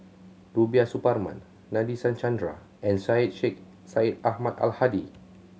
Rubiah Suparman Nadasen Chandra and Syed Sheikh Syed Ahmad Al Hadi